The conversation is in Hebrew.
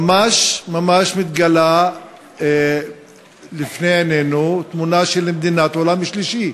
ממש ממש מתגלה לפני עינינו תמונה של מדינת עולם שלישי.